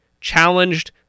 challenged